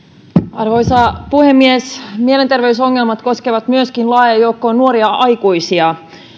arvoisa puhemies mielenterveysongelmat koskevat myöskin laajaa joukkoa nuoria aikuisia